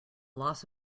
loss